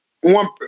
one